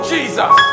Jesus